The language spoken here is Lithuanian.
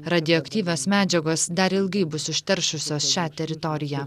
radioaktyvios medžiagos dar ilgai bus užteršusios šią teritoriją